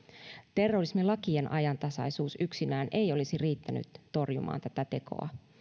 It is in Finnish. terrorismilakien ajantasaisuus yksinään ei olisi riittänyt torjumaan tätä tekoa